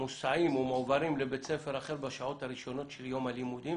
מוסעים או מועברים לבית ספר אחר בשעות הראשונות של יום הלימודים,